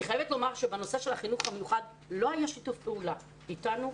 אני חייבת לומר שבנושא של החינוך המיוחד לא היה שיתוף פעולה אתנו,